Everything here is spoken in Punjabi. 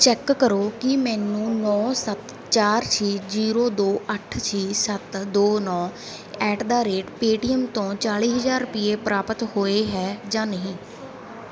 ਚੈੱਕ ਕਰੋ ਕਿ ਮੈਨੂੰ ਨੌਂ ਸੱਤ ਚਾਰ ਛੇ ਜੀਰੋ ਦੋ ਅੱਠ ਛੇ ਸੱਤ ਦੋ ਨੌਂ ਐਟ ਦਾ ਰੇਟ ਪੇਅਟੀਐਮ ਤੋਂ ਚਾਲੀ ਹਜ਼ਾਰ ਰੁਪਏ ਪ੍ਰਾਪਤ ਹੋਏ ਹੈ ਜਾਂ ਨਹੀਂ